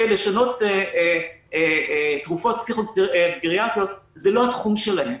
לשנות תרופות פסיכו-גריאטריות זה לא התחום שלהם,